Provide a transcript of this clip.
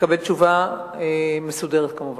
תקבל תשובה מסודרת, כמובן.